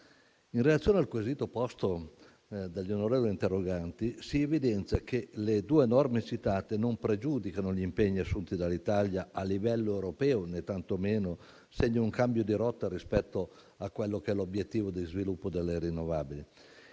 in relazione al quesito posto dagli onorevoli interroganti, che ringrazio, si evidenzia che le due norme citate non pregiudicano gli impegni assunti dall'Italia a livello europeo, né tantomeno segnano un cambio di rotta rispetto a quello che è l'obiettivo di sviluppo delle rinnovabili.